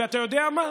ואתה יודע מה?